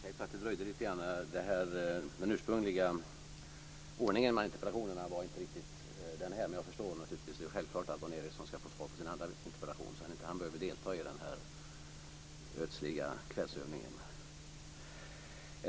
Fru talman! Jag ber om ursäkt för att det dröjde lite grann. Den ursprungliga ordningen mellan interpellationerna var inte riktigt den här, men jag förstår att Dan Ericsson självklart ska få svar på sin andra interpellation så att han inte behöver delta längre i den här ödsliga kvällsövningen.